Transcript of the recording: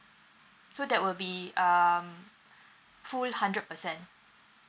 so that will be um full hundred percent